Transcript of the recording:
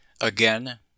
Again